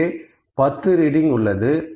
இங்கே 10 ரீடிங் உள்ளது